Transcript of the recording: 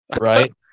right